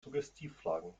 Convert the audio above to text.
suggestivfragen